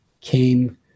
came